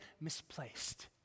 misplaced